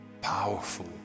powerful